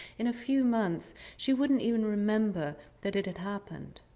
in a few months, she wouldn't even remember that it had happened.